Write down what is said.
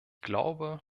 glaube